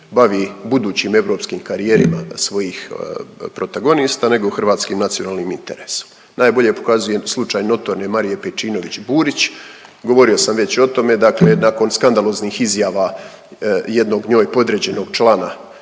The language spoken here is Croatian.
bavi budućim europskim karijerama svojih protagonista nego hrvatskim nacionalnim interesom. Najbolje pokazuje slučaj notorne Marije Pejčinović Burić, govorio sam već o tome, dakle nakon skandaloznih izjava jednog njoj podređenog člana